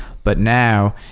but now,